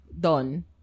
done